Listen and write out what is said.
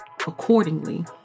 accordingly